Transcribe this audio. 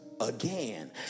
Again